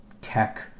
tech